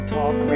Talk